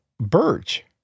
birch